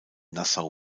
nassau